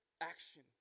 action